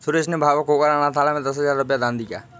सुरेश ने भावुक होकर अनाथालय में दस हजार का दान दिया